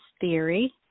theory